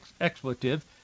expletive